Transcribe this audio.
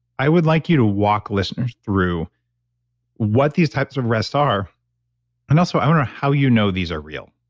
i would like you to walk listeners through what these types of rest are and also, i wonder how you know these are real.